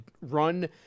run